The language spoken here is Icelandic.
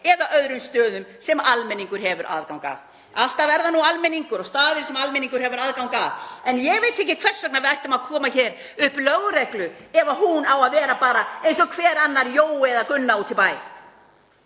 eða öðrum stöðum sem almenningur hefur aðgang að.“ Alltaf er það almenningur og staðir sem almenningur hefur aðgang að. En ég veit ekki hvers vegna við ættum að koma hér upp lögreglu ef hún á að vera bara eins og hver annar Jói eða Gunna úti í bæ.